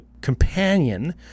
companion